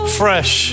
fresh